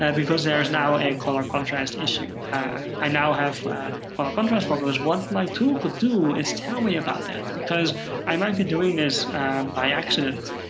because there is now a color contrast issue. i now have color contrast problems. what my tool could do is tell me about that, because i might be doing this by accident.